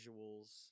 visuals